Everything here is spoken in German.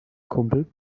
kumpel